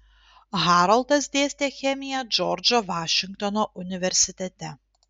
haroldas dėstė chemiją džordžo vašingtono universitete